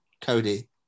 Cody